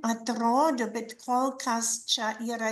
atrodo bet kol kas čia yra